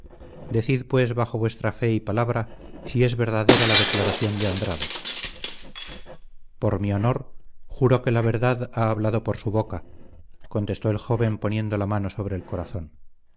decid pues bajo vuestra fe y palabra si es verdadera la declaración de andrade por mi honor juro que la verdad ha hablado por su boca contestó el joven poniendo la mano sobre el corazón